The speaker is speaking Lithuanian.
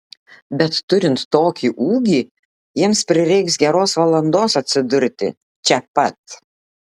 bet turint tokį ūgį jiems prireiks geros valandos atsidurti čia pat